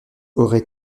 aurait